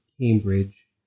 Cambridge